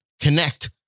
connect